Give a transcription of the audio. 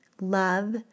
love